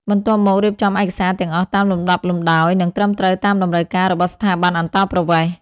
បន្ទាប់មក រៀបចំឯកសារទាំងអស់តាមលំដាប់លំដោយ និងត្រឹមត្រូវតាមតម្រូវការរបស់ស្ថាប័នអន្តោប្រវេសន៍។